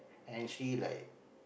and she like